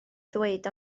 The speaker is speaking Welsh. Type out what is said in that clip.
ddweud